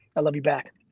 i love you back,